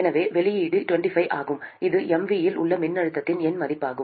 எனவே வெளியீடு 25 ஆகும் இது mV இல் உள்ள மின்னழுத்தத்தின் எண் மதிப்பாகும்